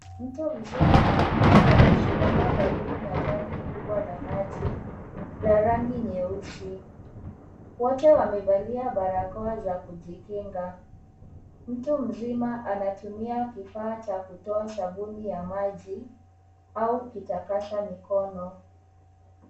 Mtu mzima na mtoto wamesimama karibu na tangi kubwa la maji la rangi nyeusi. Wote wamevalia barakoa za kujikinga. Mtu mzima anatumia kifaa cha kutoa sabuni ya maji au kitakasa mikono.